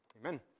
amen